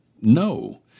no